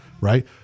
right